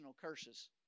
curses